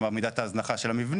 כלומר לפי מידת ההזנחה של המבנים,